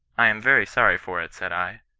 i am very sorry for it, said i.